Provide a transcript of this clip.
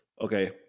Okay